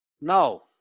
No